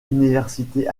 université